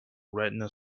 retina